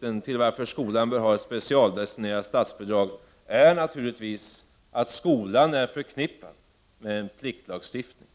det andra bör skolan ha ett specialdestinerat statsbidragssystem därför att skolan är förknippad med en pliktlagstiftning.